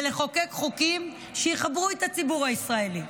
לחוקק חוקים שיחברו את הציבור הישראלי,